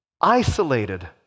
isolated